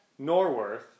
Norworth